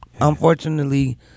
unfortunately